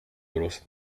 درست